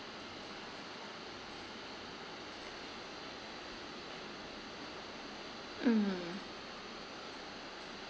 mm